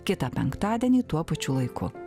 kitą penktadienį tuo pačiu laiku